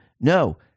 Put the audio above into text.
No